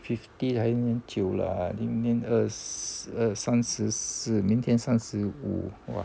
fifty 还很久啦今年二三十四明年三十五哇